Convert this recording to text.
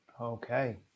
okay